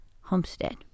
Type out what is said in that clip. homestead